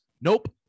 Nope